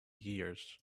years